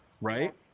right